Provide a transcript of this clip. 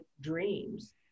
dreams